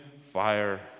fire